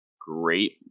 great